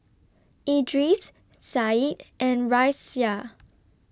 Idris Said and Raisya